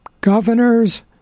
governors